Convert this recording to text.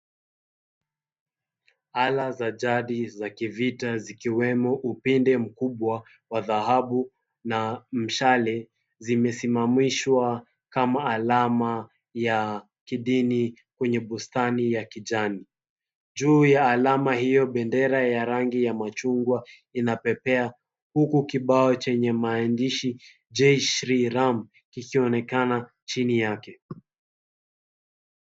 Ala za jadi za kivita zikiwemo upinde mkubwa wa dhahabu na mshale zimesimamishwa kama alama ya kidini kwenye bustani ya kijani. Juu ya alama hiyo bendera ya rangi ya machungwa inapepea huku kibao chenye maandishi "Jai Shri Ram" kikionekana chini yake.